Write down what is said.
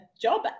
job